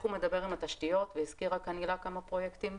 איך הוא מדבר עם התשתיות והזכירה הילה כמה פרויקטים,